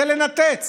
זה לנתץ.